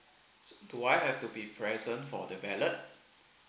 so do I have to be present for the ballot